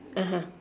(uh huh)